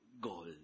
gold